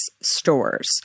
stores